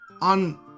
on